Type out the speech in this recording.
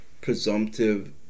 presumptive